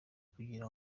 kugira